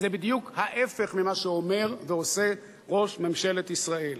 וזה בדיוק ההיפך ממה שאומר ועושה ראש ממשלת ישראל.